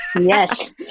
Yes